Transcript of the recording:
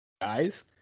guys